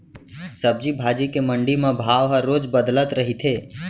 सब्जी भाजी के मंडी म भाव ह रोज बदलत रहिथे